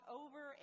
over